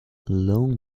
alone